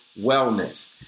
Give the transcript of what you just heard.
wellness